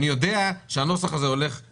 ההגדרות היום של קרן חדשה כללית וקרן חדשה מקיפה,